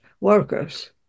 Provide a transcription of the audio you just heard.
workers